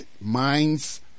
Minds